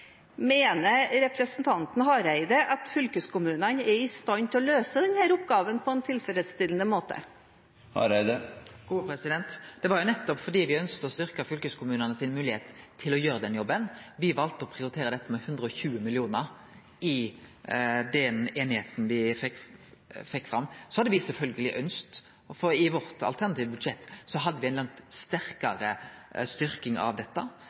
Mener representanten Hareide at fylkeskommunene er i stand til å løse denne oppgaven på en tilfredsstillende måte? Det var nettopp fordi me ønskte å styrke fylkeskommunane si moglegheit til å gjere den jobben at me valde å prioritere dette med 120 mill. kr i den einigheita me fekk fram. Me hadde sjølvsagt ønskt ei langt større styrking av dette, og i vårt alternative budsjett hadde me det. Men det var dette